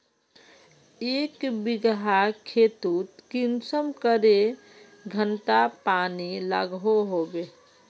एक बिगहा गेँहूत कुंसम करे घंटा पानी लागोहो होबे?